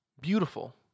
beautiful